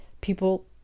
people